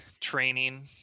training